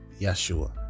Yeshua